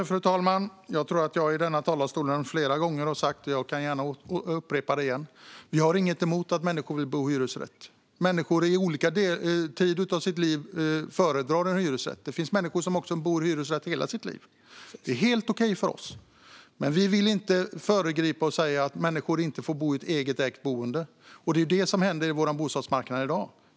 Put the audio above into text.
Fru talman! Jag tror att jag i denna talarstol har sagt det flera gånger, men jag kan gärna upprepa det: Vi har inget emot att människor vill bo i hyresrätt. Människor kan föredra hyresrätt i olika skeden av sitt liv. Det finns också människor som bor i hyresrätt i hela sitt liv. Det är helt okej för oss, men vi vill inte föregripa och säga att människor inte får bo i ett eget ägt boende. Det är detta som händer på vår bostadsmarknad i dag.